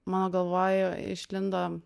mano galvoj išlindo